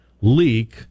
leak